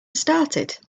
started